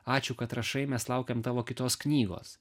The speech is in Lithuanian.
ačiū kad rašai mes laukiam tavo kitos knygos